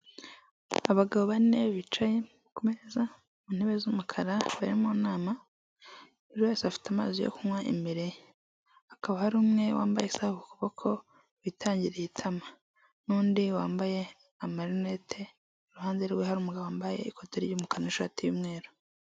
Abagabo bane bicaye ku meza ku ntebe z'umukara bari mu nama buri wese afite amazi yo kunywa imbere ye, hakaba hari umwe wambaye isaha ku kuboko witangiriye itama n'undi wambaye amarinete, iruhande rwe hari umugabo wambaye ikoti ry'umukara n'ishati y'umweru.